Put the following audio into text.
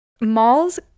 malls